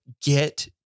Get